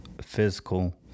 physical